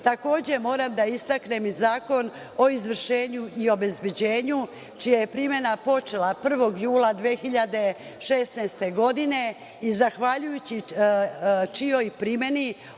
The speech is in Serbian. Takođe, moram da istaknem i Zakon o izvršenju i obezbeđenju čija je primena počela 01. jula 2016. godine, i zahvaljujući čijoj primeni,